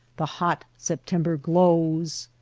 the hot september glows.